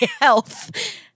health